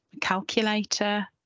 calculator